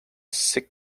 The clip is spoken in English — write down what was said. sick